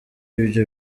ibyo